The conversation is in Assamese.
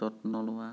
যত্ন লোৱা